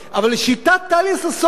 אבל לשיטת טליה ששון,